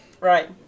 right